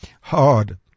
hard